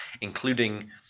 including